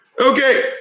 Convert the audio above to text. Okay